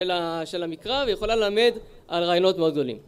של... של המקרא, והיא יכולה ללמד על רעיונות מאוד גדולים